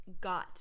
got